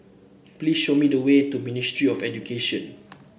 please show me the way to Ministry of Education